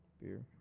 beer